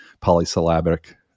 polysyllabic